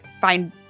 find